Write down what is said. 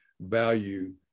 value